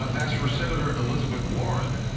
ah as for senator elizabeth warren,